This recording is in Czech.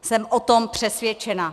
Jsem o tom přesvědčena.